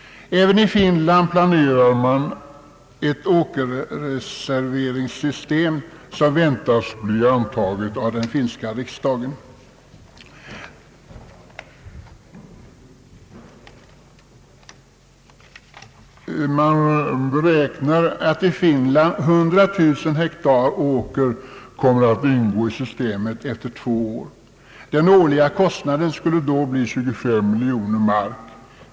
Även i Finland planerar man ett åkerreserveringssystem, som väntas bli antaget av den finska riksdagen. Man beräknar att i Finland 100 000 hektar åker kommer att ingå i systemet efter två år. Den årliga kostnaden skulle då bli 25 miljoner mark.